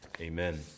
Amen